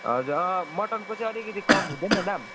हजुर मटनको चाहिँ अलिकति कम हुँदैन दाम